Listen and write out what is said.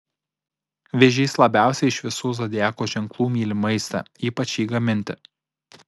vėžys labiausiai iš visų zodiako ženklų myli maistą ypač jį gaminti